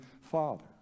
father